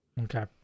Okay